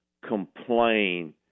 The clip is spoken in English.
complain